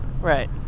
Right